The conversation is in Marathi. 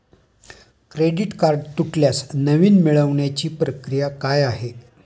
क्रेडिट कार्ड तुटल्यास नवीन मिळवण्याची प्रक्रिया काय आहे?